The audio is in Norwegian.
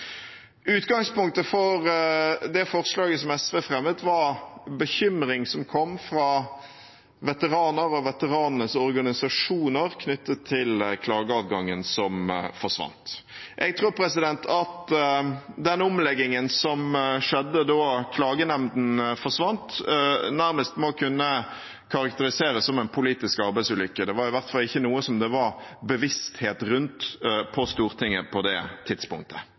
Utgangspunktet for det forslaget SV fremmet, var bekymring som kom fra veteraner og veteranenes organisasjoner knyttet til klageadgangen som forsvant. Jeg tror at den omleggingen som skjedde da klagenemnden forsvant, nærmest må kunne karakteriseres som en politisk arbeidsulykke. Det var i hvert fall ikke noe som det var bevissthet rundt på Stortinget på det tidspunktet.